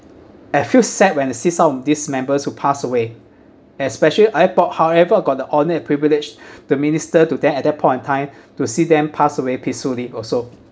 I feel sad when I see some of this members who pass away especially I bo~ however I got the honour and privilege to minister to them at that point of time to see them pass away peacefully also